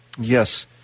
yes